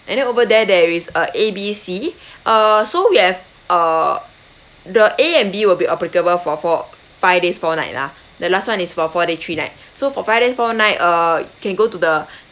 and then over there there is a A B C uh so we have uh the A and B will be applicable for four five days four night lah the last one is for four day three night so for five day four night uh you can go to the